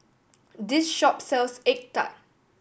this shop sells egg tart